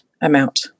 amount